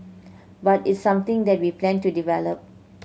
but it's something that we plan to develop